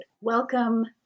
Welcome